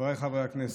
חבריי חברי הכנסת,